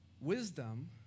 Wisdom